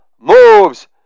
moves